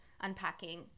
Unpacking